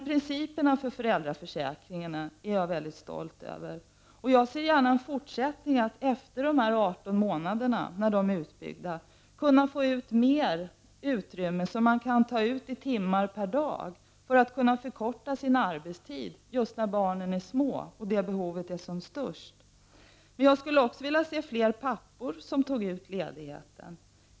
Principerna för föräldraförsäkringen är jag däremot stolt över. Jag ser gärna en fortsättning, så att man när de 18 månaderna är ut byggda kan få mer utrymme för att ta ut timmar per dag, för att förkorta sin arbetstid när barnen är små och behovet är som störst. Jag skulle vilja se att fler pappor tog ut ledigheten.